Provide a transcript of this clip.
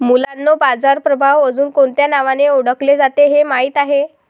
मुलांनो बाजार प्रभाव अजुन कोणत्या नावाने ओढकले जाते हे माहित आहे?